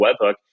webhook